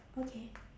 okay